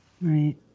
Right